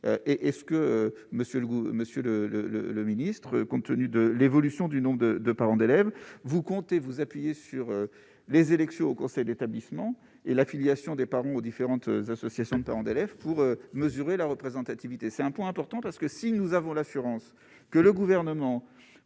le le le le ministre compte tenu de l'évolution du nombre de de parents d'élèves, vous comptez vous appuyez sur les élections aux conseils d'établissement et la filiation des parents aux différentes associations de parents d'élèves pour mesurer la représentativité, c'est un point important parce que si nous avons l'assurance. Que le gouvernement